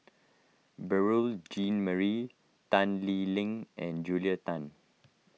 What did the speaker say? Beurel Jean Marie Tan Lee Leng and Julia Tan